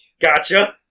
Gotcha